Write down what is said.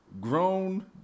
Grown